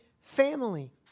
family